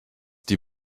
die